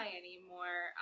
anymore